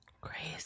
Crazy